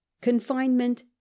CONFINEMENT